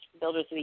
Builders